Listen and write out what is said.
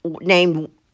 named